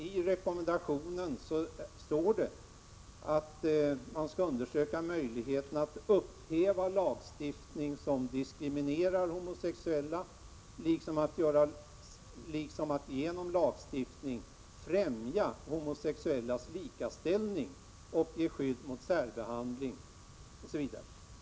I rekommendationen står emellertid att man skall undersöka möjligheterna att upphäva lagstiftning som diskriminerar homosexuella, att man genom lagstiftning skall främja homosexuellas likaställning och ge dem skydd mot särbehandling osv.